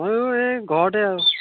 ময়ো এই ঘৰতে আৰু